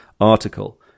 article